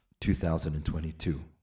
2022